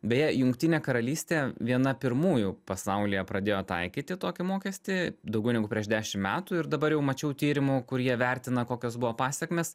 beje jungtinė karalystė viena pirmųjų pasaulyje pradėjo taikyti tokį mokestį daugiau negu prieš dešim metų ir dabar jau mačiau tyrimų kurie vertina kokios buvo pasekmės